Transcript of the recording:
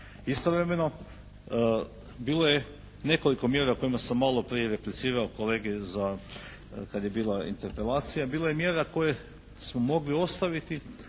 Istovremeno bilo je nekoliko mjera o kojima sam maloprije replicirao kolege za, kad je bila Interpelacija, bila je mjera koje smo mogli ostaviti,